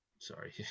Sorry